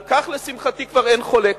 על כך לשמחתי כבר אין חולק,